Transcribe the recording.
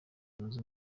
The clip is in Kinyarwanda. zunze